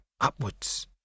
upwards